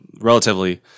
relatively